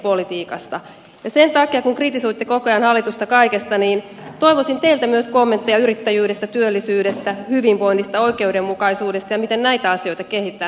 sen takia kun kritisoitte koko ajan hallitusta kaikesta toivoisin teiltä myös kommentteja yrittäjyydestä työllisyydestä hyvinvoinnista oikeudenmukaisuudesta ja siitä miten näitä asioita kehitetään